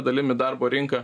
dalim į darbo rinką